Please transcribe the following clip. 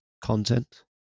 content